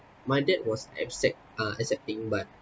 my dad was accept uh accepting but